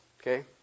Okay